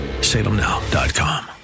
salemnow.com